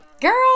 Girl